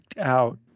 out